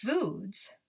foods